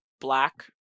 black